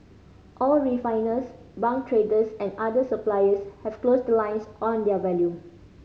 all refiners bunker traders and other suppliers have closed the lines on their volume